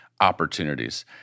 opportunities